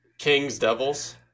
Kings-Devils